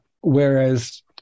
Whereas